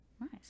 Nice